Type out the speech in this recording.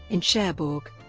in cherbourg.